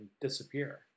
disappear